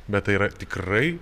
bet tai yra tikrai